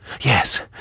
Yes